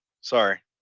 sorry